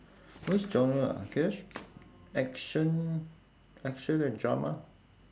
which genre I guess action action and drama